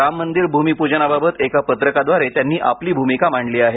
राम मंदिर भ्रमिप्रजनाबाबत एका पत्रकाद्वारे त्यांनी आपली भूमिका मांडली आहे